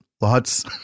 Lots